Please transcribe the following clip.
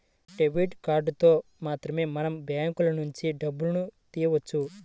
debit కార్డులతో మాత్రమే మనం బ్యాంకులనుంచి డబ్బును తియ్యవచ్చు